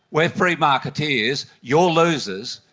we are free marketeers, you are losers,